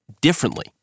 differently